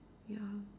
ya